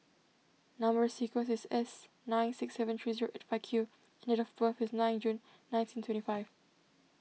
Number Sequence is S nine six seven three zero eight five Q and date of birth is nine June nineteen twenty five